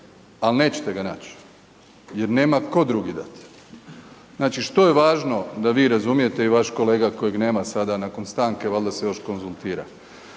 al nećete ga naći jer nema tko drugi dati. Znači što je važno da vi razumijete i vaš kolega kojeg nema sada nakon stanke valjda se još konzultira.